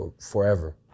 forever